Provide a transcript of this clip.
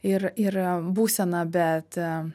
ir ir būseną bet